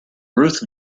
ruth